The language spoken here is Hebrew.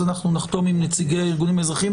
אנחנו נחתום עם נציגי הארגונים האזרחיים,